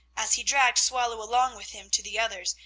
as he dragged swallow along with him to the others,